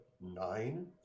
Nine